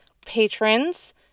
patrons